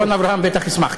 ירון אברהם בטח ישמח.